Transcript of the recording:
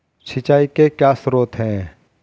सिंचाई के क्या स्रोत हैं?